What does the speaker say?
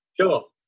Sure